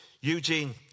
Eugene